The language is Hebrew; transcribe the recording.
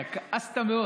שכעסת מאוד.